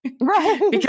Right